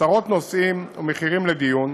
עשרות נושאים ומחירים לדיון,